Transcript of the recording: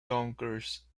yonkers